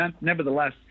nevertheless